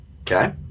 Okay